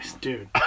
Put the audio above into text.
dude